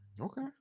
Okay